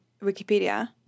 Wikipedia